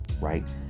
Right